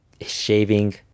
shaving